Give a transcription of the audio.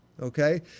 Okay